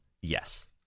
Yes